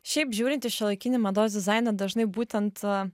šiaip žiūrint iš šiuolaikinių mados dizainą dažnai būtent